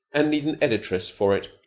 and need an editress for it.